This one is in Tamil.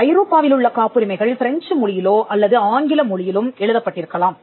ஐரோப்பாவிலுள்ள காப்புரிமைகள் பிரெஞ்சு மொழியிலோ அல்லது ஆங்கில மொழியிலும் எழுதப்பட்டிருக்கலாம்